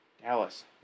Dallas